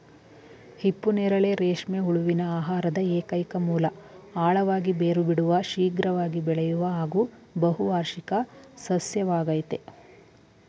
ಹಿಪ್ಪುನೇರಳೆ ರೇಷ್ಮೆ ಹುಳುವಿನ ಆಹಾರದ ಏಕೈಕ ಮೂಲ ಆಳವಾಗಿ ಬೇರು ಬಿಡುವ ಶೀಘ್ರವಾಗಿ ಬೆಳೆಯುವ ಹಾಗೂ ಬಹುವಾರ್ಷಿಕ ಸಸ್ಯವಾಗಯ್ತೆ